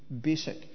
basic